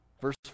Verse